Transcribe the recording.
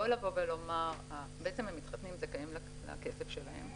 לבוא ולומר - בעצם המתחתנים זכאים לכסף שלהם,